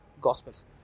Gospels